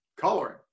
coloring